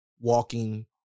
walking